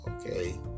okay